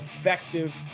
effective